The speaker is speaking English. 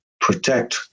protect